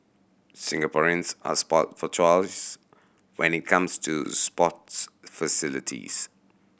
Singaporeans are spoilt for choice when it comes to sports facilities